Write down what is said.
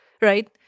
Right